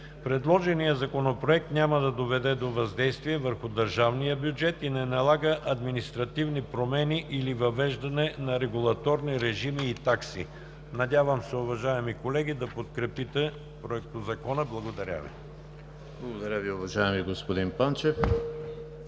Предложеният законопроект няма да доведе до въздействие върху държавния бюджет и не налага административни промени или въвеждане на регулаторни режими и такси. Надявам се, уважаеми колеги, да подкрепите Законопроекта. Благодаря Ви. ПРЕДСЕДАТЕЛ ЕМИЛ ХРИСТОВ: Благодаря Ви, уважаеми господин Панчев.